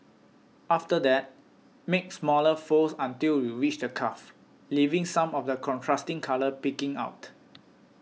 after that make smaller folds until you reach the cuff leaving some of the contrasting colour peeking out